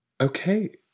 Okay